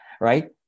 right